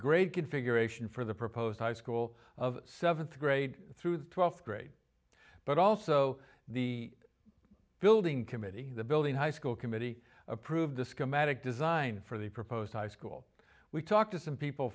grade configuration for the proposed high school of seventh grade through the twelfth grade but also the building committee the building high school committee approved the schematic design for the proposed high school we talked to some people